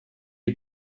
die